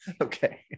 Okay